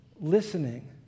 listening